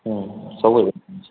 ସବୁ